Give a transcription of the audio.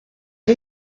chi